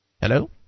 Hello